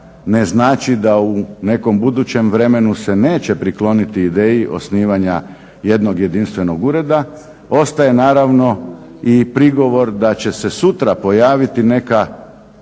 ne znači da u nekom budućem vremenu se neće prikloniti ideji osnivanja jednog jedinstvenog ureda. Ostaje naravno i prigovor da će se sutra pojaviti neka